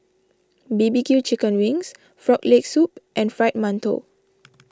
B B Q Chicken Wings Frog Leg Soup and Fried Mantou